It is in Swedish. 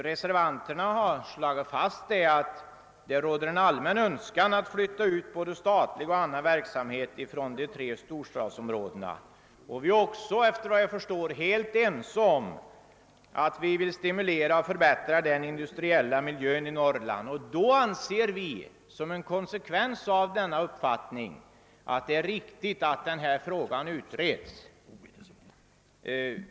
Reservanterna har slagit fast att det råder en allmän önskan att flytta ut både statlig och annan verksamhet från de tre storstadsområdena, och såvitt jag förstår är vi också helt ense om att vi vill stimulera och förbättra den industriella miljön i Norrland. Och då anser vi det vara riktigt, som en konsekvens av denna uppfattning, att hela frågan utredes.